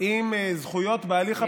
עם זכויות בהליך הפלילי,